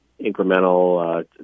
incremental